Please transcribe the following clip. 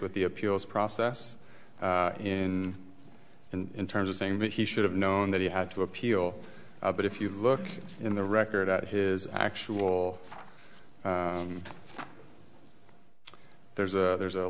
with the appeals process in in terms of saying that he should have known that he had to appeal but if you look in the record at his actual there's a there's a